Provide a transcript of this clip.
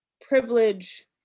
privilege